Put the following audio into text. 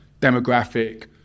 demographic